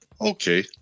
Okay